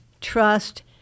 trust